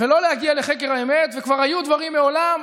ולא להגיע לחקר האמת, וכבר היו דברים מעולם,